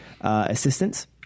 assistance